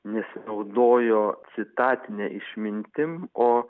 nesinaudojo citatine išmintim o